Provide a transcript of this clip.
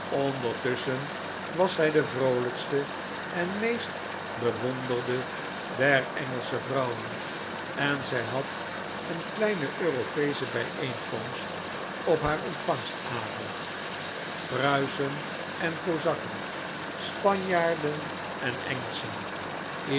ondertusschen was zij de vroolijkste en meest bewonderde der engelsche vrouwen en zij had een kleine europeesche bijeenkomst op haar ontvangavond pruisen en kozakken spanjaarden en engelschen